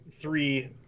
three